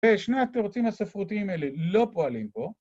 ‫ושני התירוצים הספרותיים האלה ‫לא פועלים פה.